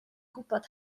gwbod